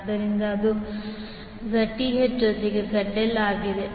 ಆದ್ದರಿಂದ ಅದು Zth ಜೊತೆಗೆ ZL ಆಗಿದೆ